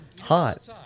hot